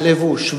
הלבוש,